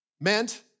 meant